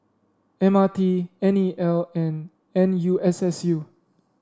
M R T N E L and N U S S U